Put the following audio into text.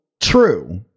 true